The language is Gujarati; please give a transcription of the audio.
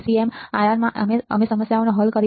સીએમઆરઆરમાં અમે સમસ્યાઓ હલ કરી છે